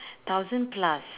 thousand plus